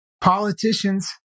politicians